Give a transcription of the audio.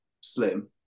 slim